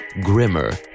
Grimmer